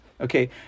Okay